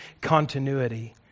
continuity